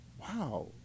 wow